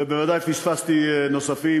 ובוודאי פספסתי נוספים.